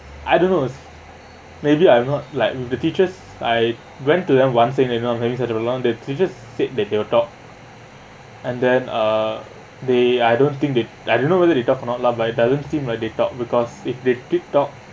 I don't know maybe I'm not like the teachers I went to them once saying you know I'm having they just said that they will talk and then uh they I don't think they I don't know whether they talk or not lah but I don't seem like they talk because if they did talk